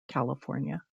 california